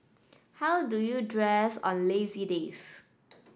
how do you dress on lazy days